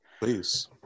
Please